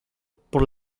por